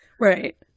Right